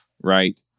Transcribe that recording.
Right